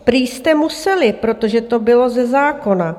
Prý jste museli, protože to bylo ze zákona.